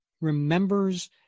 remembers